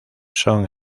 son